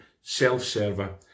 self-server